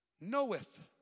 knoweth